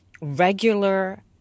regular